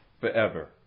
forever